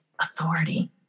authority